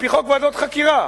על-פי חוק ועדות חקירה,